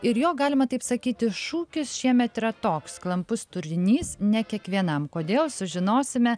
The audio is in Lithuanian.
ir jo galima taip sakyti šūkis šiemet yra toks klampus turinys ne kiekvienam kodėl sužinosime